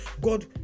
God